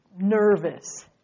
nervous